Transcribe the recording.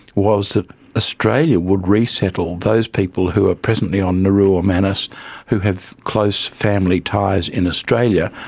was that australia would resettle those people who are presently on nauru or manus who have close family ties in australia,